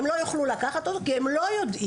הם לא יוכלו לקחת אותו כי הם לא יודעים.